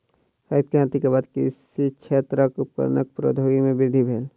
हरित क्रांति के बाद कृषि क्षेत्रक उपकरणक प्रौद्योगिकी में वृद्धि भेल